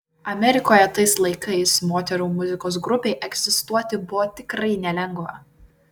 amerikoje tais laikais moterų muzikos grupei egzistuoti buvo tikrai nelengva